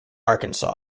arkansas